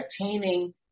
attaining